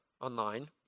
online